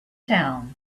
town